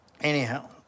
anyhow